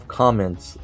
comments